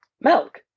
Milk